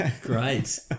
Great